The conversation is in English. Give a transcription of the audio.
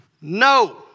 No